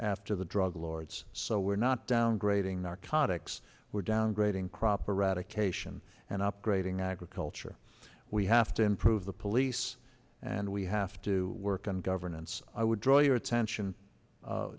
after the drug lords so we're not downgrading narcotics we're downgrading crop eradication and upgrading agriculture we have to improve the police and we have to work on governance i would draw your attention